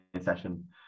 session